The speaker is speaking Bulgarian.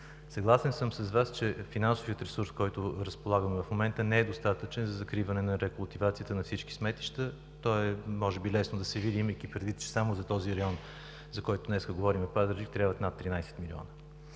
Съгласен съм с Вас, че финансовият ресурс, с който разполагаме в момента, не е достатъчен за закриване на рекултивацията на всички сметища. То е лесно да се види, имайки предвид, че само за този район, за който днес говорим – Пазарджик, трябват над 13 млн.